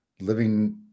living